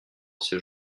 ses